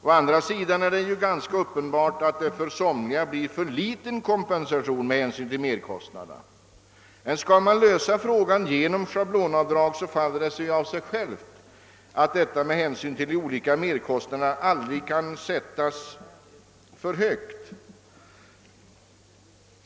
Å andra sidan är det ganska klart att det för somliga blir för liten kompensation för merkostnaderna. Skall man lösa frågan genom schablonavdrag, faller det av sig självt att detta med hänsyn till de olika merkostnaderna aldrig kan sättas för högt.